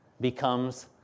becomes